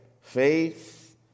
faith